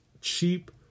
cheap